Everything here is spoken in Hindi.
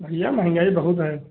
भैया महंगाई बहुत है